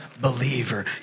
believer